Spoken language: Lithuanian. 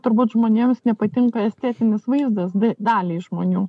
turbūt žmonėms nepatinka estetinis vaizdas daliai žmonių